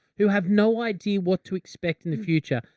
who have no idea what to expect in the future.